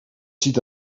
ziet